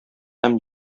һәм